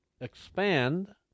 expand